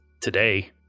today